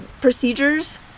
procedures